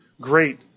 great